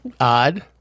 odd